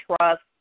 trust